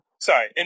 Sorry